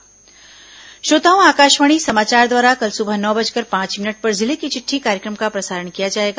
जिले की चिट्ठी श्रोताओं आकाशवाणी समाचार द्वारा कल सुबह नौ बजकर पांच मिनट पर जिले की चिट्ठी कार्यक्रम का प्रसारण किया जाएगा